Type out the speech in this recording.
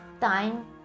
time